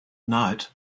night